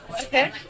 Okay